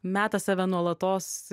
meta save nuolatos